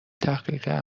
تحقق